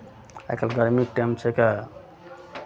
आइ काल्हि गर्मीके टाइम छै तऽ